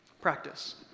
Practice